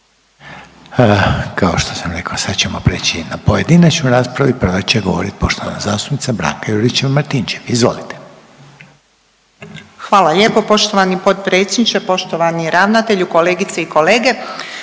Kao što sam rekao sad ćemo prijeći na pojedinačnu raspravu i prva će govoriti poštovana zastupnica Branka Juričev Martinčev. Izvolite. **Juričev-Martinčev, Branka (HDZ)** Hvala lijepo poštovani potpredsjedniče. Poštovani ravnatelju, kolegice i kolege,